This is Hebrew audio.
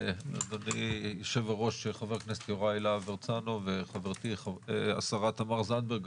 אדוני יו"ר חבר הכנסת יוראי להב הרצנו וחברתי השרה תמר זנדברג,